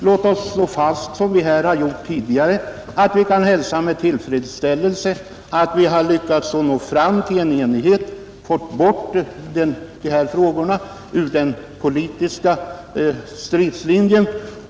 Låt oss slå fast, som vi gjort här tidigare, att vi med tillfredsställelse kan hälsa att vi har lyckats nå fram till en enighet och har fått bort dessa frågor ur den politiska stridslinjen.